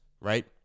right